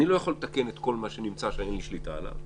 אני לא יכול לתקן את כל מה שנמצא ואין לי שליטה עליו,